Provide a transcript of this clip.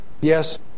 Yes